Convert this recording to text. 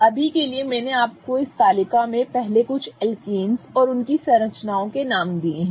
अभी के लिए मैंने आपको इस तालिका में पहले कुछ एल्केन्स और उनकी संरचनाओं के नाम दिए हैं